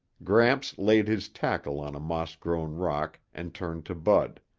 gramps laid his tackle on a moss-grown rock and turned to bud.